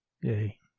Yay